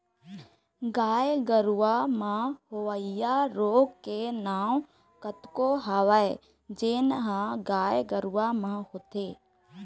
गाय गरूवा म होवइया रोग के नांव कतको हवय जेन ह गाय गरुवा म होथे